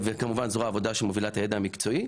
וכמובן זרוע עבודה שמובילה את הידע המקצועי,